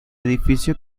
edificio